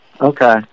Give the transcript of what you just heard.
Okay